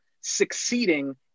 succeeding